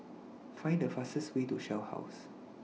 Find The fastest Way to Shell House